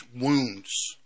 wounds